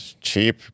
Cheap